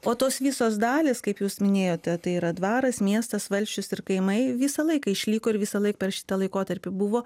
o tos visos dalys kaip jūs minėjote tai yra dvaras miestas valsčius ir kaimai visą laiką išliko ir visąlaik per šitą laikotarpį buvo